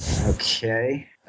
okay